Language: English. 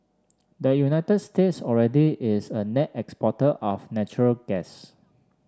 the United States already is a net exporter of natural gas